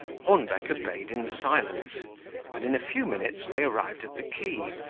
hornbeck obeyed in silence and, in a few minutes, they arrived at the quay,